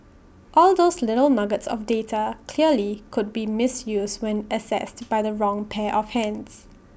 all those little nuggets of data clearly could be misused when accessed by the wrong pair of hands